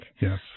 Yes